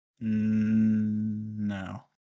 No